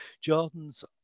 Jordan's